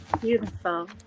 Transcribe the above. beautiful